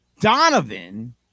Donovan